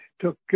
took